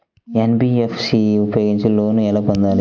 NBFC ఉపయోగించి loan ఎలా పొందాలి?